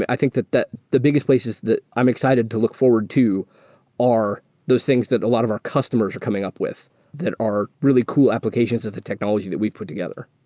i think that the the biggest place is that i'm excited to look forward to are those things that a lot of our customers are coming up with that are really cool applications of the technology that we've put together.